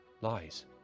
Lies